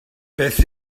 beth